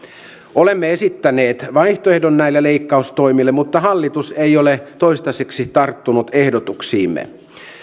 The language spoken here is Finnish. olemme esittäneet vaihtoehdon näille leikkaustoimille mutta hallitus ei ole toistaiseksi tarttunut ehdotuksiimme